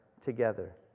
together